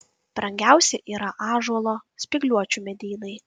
brangiausi yra ąžuolo spygliuočių medynai